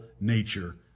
nature